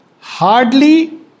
hardly